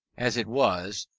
as it was,